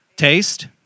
Taste